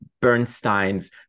Bernstein's